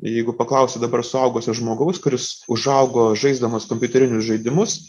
jeigu paklausit dabar suaugusio žmogaus kuris užaugo žaisdamas kompiuterinius žaidimus